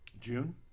June